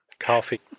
coffee